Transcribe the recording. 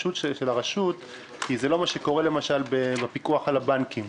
הרשות כי זה לא מה שקורה למשל בפיקוח על הבנקים,